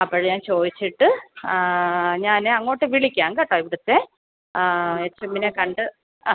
അപ്പോൾ ഞാൻ ചോദിച്ചിട്ട് ഞാൻ അങ്ങോട്ട് വിളിക്കാം കേട്ടോ ഇവിടുത്തെ എച്ചെ എമ്മിനെക്കണ്ട് ആ